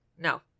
No